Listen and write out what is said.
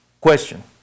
Question